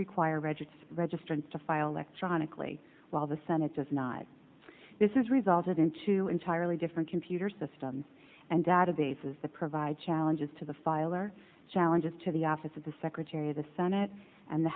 require registered registrants to file electronically while the senate does not this is resulted in two entirely different computer systems and databases that provide challenges to the file or challenges to the office of the secretary of the senate and the